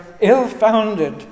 ill-founded